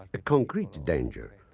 a concrete danger.